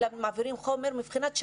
בהם מעבירים חומר מבחינת שעות.